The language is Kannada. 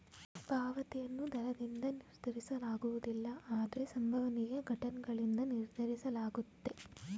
ಪಾವತಿಯನ್ನು ದರದಿಂದ ನಿರ್ಧರಿಸಲಾಗುವುದಿಲ್ಲ ಆದ್ರೆ ಸಂಭವನೀಯ ಘಟನ್ಗಳಿಂದ ನಿರ್ಧರಿಸಲಾಗುತ್ತೆ